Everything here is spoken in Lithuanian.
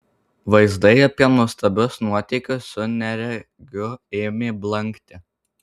vaizdai apie nuostabius nuotykius su neregiu ėmė blankti